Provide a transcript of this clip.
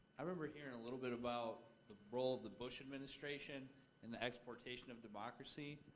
i remember hearing a little bit about the role of the bush administration in the exportation of democracy.